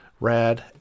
Rad